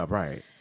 right